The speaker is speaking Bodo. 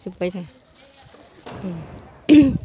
जोबबाय दां